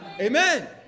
Amen